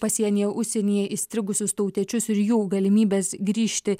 pasienyje užsienyje įstrigusius tautiečius ir jų galimybes grįžti